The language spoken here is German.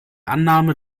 annahme